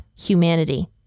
humanity